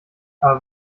aber